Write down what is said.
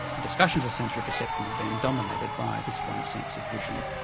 discussions of sensory perception have been dominated by this one sense of vision.